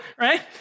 right